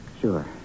sure